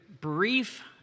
brief